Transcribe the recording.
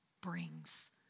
brings